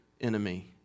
enemy